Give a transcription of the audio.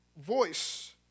voice